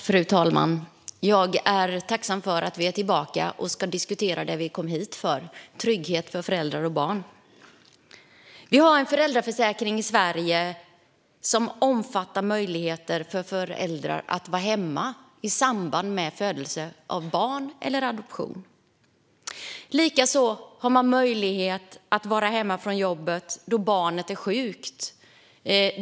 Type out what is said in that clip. Fru talman! Jag är tacksam för att vi är tillbaka till att diskutera det vi kom hit för, trygghet för föräldrar och barn. Vi har en föräldraförsäkring i Sverige som omfattar möjligheter för föräldrar att vara hemma i samband med ett barns födelse eller adoption. Likaså har man möjlighet att vara hemma från jobbet då barnet är sjukt.